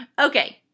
Okay